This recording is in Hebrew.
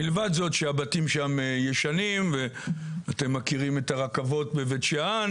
מלבד זאת שהבתים שם ישנים ואתם מכירים את הרכבות בבית שאן